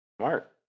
Smart